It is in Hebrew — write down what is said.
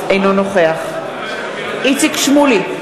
אינו נוכח איציק שמולי,